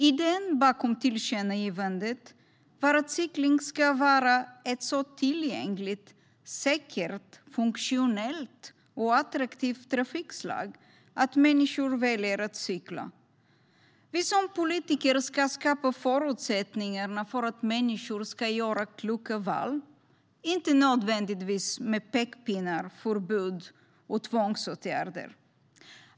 Idén bakom tillkännagivandet var att cykling ska vara ett så tillgängligt, säkert, funktionellt och attraktivt trafikslag att människor väljer att cykla. Vi som politiker ska skapa förutsättningar för människor att göra kloka val, inte nödvändigtvis med pekpinnar, förbud och tvångsåtgärder.